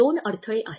दोन अडथळे आहेत